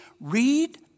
Read